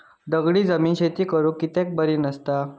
दगडी जमीन शेती करुक कित्याक बरी नसता?